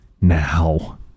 now